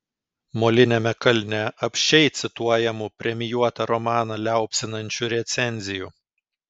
moliniame kalne apsčiai cituojamų premijuotą romaną liaupsinančių recenzijų